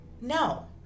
no